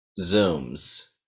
Zooms